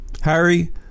Harry